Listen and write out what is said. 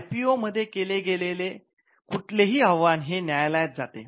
IPO मध्ये केले गेलेले कुठलेही आव्हान हे न्यायालयात जाते